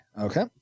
Okay